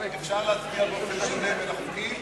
שני החוקים זהים,